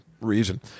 reason